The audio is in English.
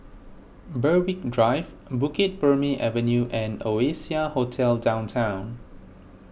Berwick Drive Bukit Purmei Avenue and Oasia Hotel Downtown